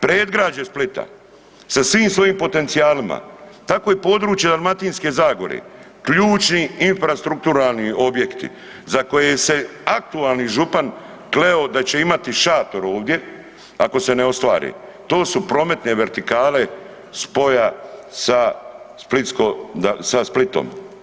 Predgrađe Splita sa svim svojim potencijalima, tako i područje Dalmatinske zagore, ključni infrastrukturalni objekti za koje se aktualni župan kleo da će imati šator ovdje ako se ne ostvari, to su prometne vertikale spoja sa Splitom.